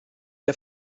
der